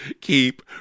keep